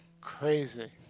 Crazy